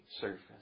surface